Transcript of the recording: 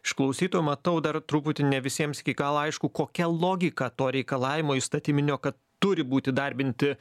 iš klausytojų matau dar truputį ne visiems iki galo aišku kokia logika to reikalavimo įstatyminio kad turi būt įdarbinti